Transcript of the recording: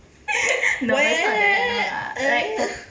what